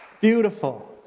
Beautiful